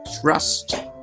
trust